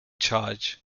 charge